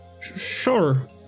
Sure